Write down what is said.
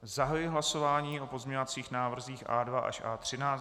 Zahajuji hlasování o pozměňovacích návrzích A2 a ž A13.